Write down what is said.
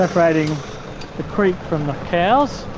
separating the creek from the cows.